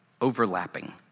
overlapping